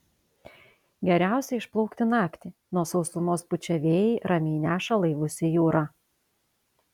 geriausia išplaukti naktį nuo sausumos pučią vėjai ramiai neša laivus į jūrą